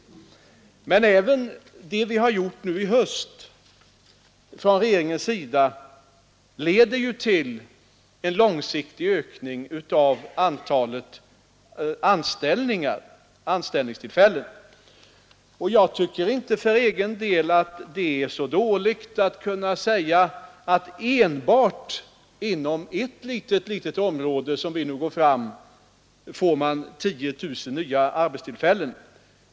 Men även det som regeringen i höst har gjort leder till en långsiktig ökning av antalet arbetstillfällen. För egen del tycker jag inte att det är så dåligt att vi kan säga att man enbart inom ett litet område som vi nu gått fram inom får 10000 nya arbetstillfällen.